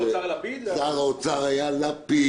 שר האוצר היה לפיד.